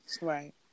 right